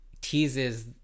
teases